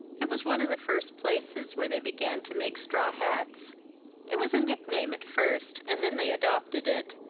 it was one of the first places where they began to make straw hats it was a nickname at first, and then they adopted it.